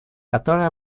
которое